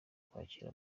kwakira